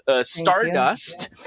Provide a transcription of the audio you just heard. Stardust